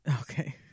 okay